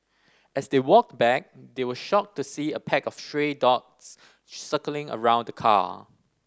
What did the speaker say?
as they walked back they were shocked to see a pack of stray dogs circling around the car